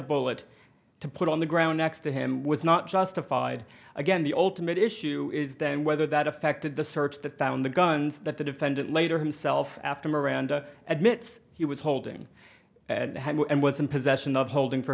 bullet to put on the ground next to him was not justified again the ultimate issue is whether that affected the search the found the guns that the defendant later himself after miranda admits he was holding and was in possession of holding for